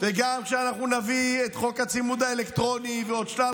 וגם כשאנחנו נביא את חוק הצימוד האלקטרוני ועוד שלל